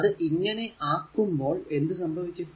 അത് അങ്ങനെ ആക്കുമ്പോൾ എന്ത് സംഭവിക്കും